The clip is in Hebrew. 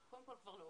כבר לא.